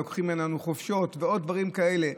לוקחים מאיתנו חופשות ועוד דברים כאלה.